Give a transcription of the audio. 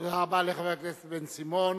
תודה רבה לחבר הכנסת בן-סימון.